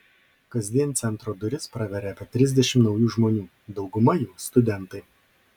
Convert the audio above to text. kasdien centro duris praveria apie trisdešimt naujų žmonių dauguma jų studentai